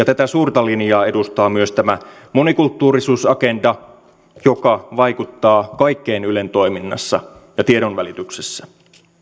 tätä suurta linjaa edustaa myös tämä monikulttuurisuusagenda joka vaikuttaa kaikkeen ylen toiminnassa ja tiedonvälityksessä